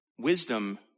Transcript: wisdom